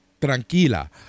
tranquila